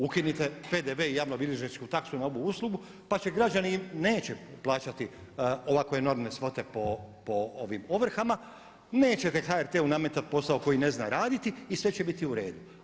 Ukinite PDV i javno bilježničku taksu na ovu uslugu pa će građani, neće plaćati ovako enormne svote po ovim ovrhama, nećete HRT-u nametati posao koji ne zna raditi i sve će biti u redu.